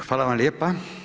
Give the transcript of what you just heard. Hvala vam lijepa.